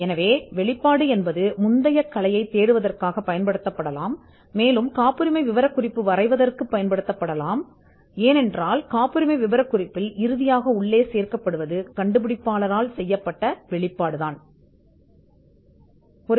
எனவே வெளிப்படுத்தல் முந்தைய கலையைத் தேட பயன்படுத்தப்படலாம் மேலும் இது காப்புரிமை விவரக்குறிப்பை வரைவதற்குப் பயன்படுத்தப்படலாம் ஏனென்றால் இது கண்டுபிடிப்பாளர் செய்யும் வெளிப்பாடு இறுதியில் காப்புரிமை விவரக்குறிப்பில் இறங்குகிறது